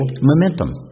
momentum